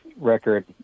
record